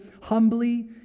humbly